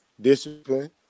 Discipline